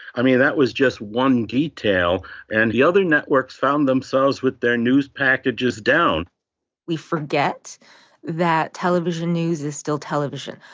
i mean that was just one detail and the other networks found themselves with their news packages down we forget that television news is still television,